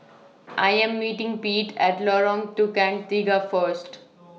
I Am meeting Pete At Lorong Tukang Tiga First